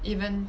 even